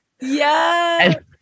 yes